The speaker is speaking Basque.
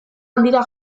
handira